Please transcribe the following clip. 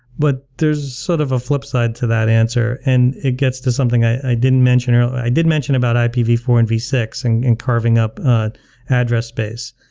but there's sort of a flipside to that answer and it gets to something i didn't mention i did mention about i p v four and v six and and carving up address space.